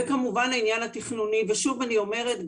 כמובן העניין התכנוני -- שוב אני אומרת,